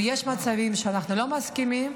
ויש מצבים שאנחנו לא מסכימים,